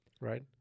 Right